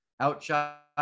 Outshot